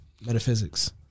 metaphysics